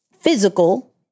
physical